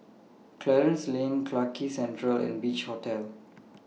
Clarence Lane Clarke Quay Central and Beach Hotel